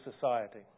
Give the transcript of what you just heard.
society